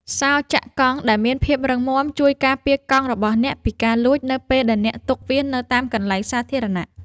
សោរចាក់កង់ដែលមានភាពរឹងមាំ ជួយការពារកង់របស់អ្នកពីការលួចនៅពេលដែលអ្នកទុកវានៅតាមកន្លែងសាធារណៈ។